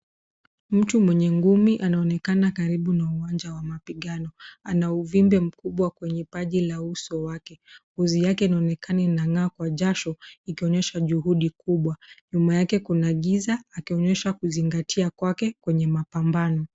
Mtu mwenye ngumi anaonekana karibu na uwanja wa mapigano. Anauvimbe mkubwa kwenye upaji la uso wake. Kuzi yake anaonekani nangaa kwa jasho, yike onyesha juhugi kubwa. Nyuma yake kuna giza, yike onyesha kuzi ngatia kwake kwenye mapambano.